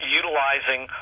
utilizing